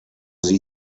sie